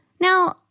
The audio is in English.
Now